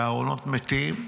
בארונות מתים,